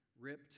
ripped